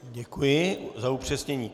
Děkuji za upřesnění.